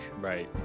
Right